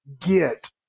get